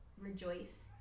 rejoice